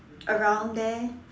around there